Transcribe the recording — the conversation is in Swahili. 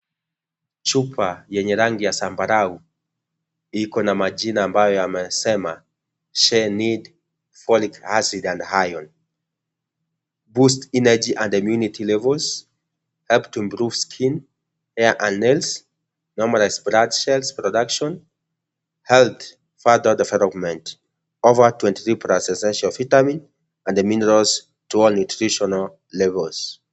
Chupa yenye rangi ya zambarau. Iko na majina ambayo yamesema. She Need folic acid and ion. Boost energy and immunity levels. Help to improve skin, hair and nails, normalize blood cells production, health, further development, over 23+ essential vitamins and minerals to all nutritional levels .